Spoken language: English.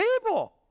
people